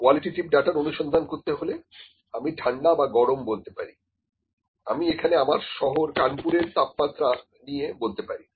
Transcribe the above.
qualitative ডাটার অনুসন্ধান করতে হলে আমি ঠান্ডা বা গরম বলতে পারি আমি এখানে আমার শহর কানপুরের তাপমাত্রা দিয়ে বলতে পারি